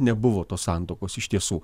nebuvo tos santuokos iš tiesų